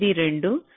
92 0